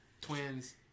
Twins